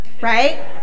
right